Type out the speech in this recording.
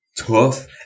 tough